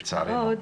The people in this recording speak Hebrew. לצערנו,